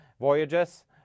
voyages